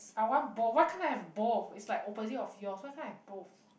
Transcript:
I want both why can't I have both it's like opposite of yours why can't I have both